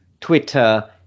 twitter